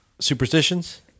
superstitions